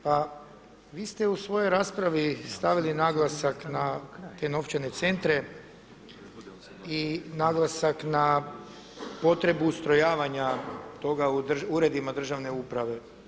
Pa vi ste u svojoj raspravi stavili naglasak na te novčane centre i naglasak na potrebu ustrojavanja toga u uredima državne uprave.